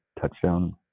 touchdown